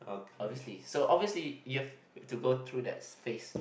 obviously so obviously you've to go through that phrase